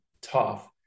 tough